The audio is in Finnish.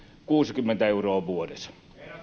kuusikymmentä euroa vuodessa